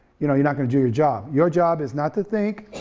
you know you're not gonna do your job. your job is not to think,